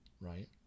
right